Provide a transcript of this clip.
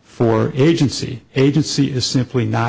for agency agency is simply not